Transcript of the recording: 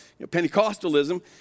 Pentecostalism